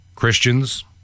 Christians